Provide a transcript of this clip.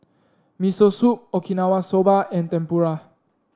Miso Soup Okinawa Soba and Tempura